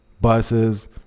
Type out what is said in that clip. Buses